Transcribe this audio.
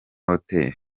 hotel